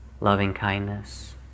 loving-kindness